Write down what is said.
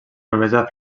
noblesa